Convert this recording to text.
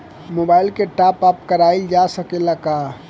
Mobile के top आप कराइल जा सकेला का?